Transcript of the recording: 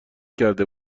کرده